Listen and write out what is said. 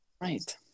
Right